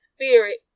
spirit